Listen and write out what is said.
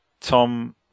Tom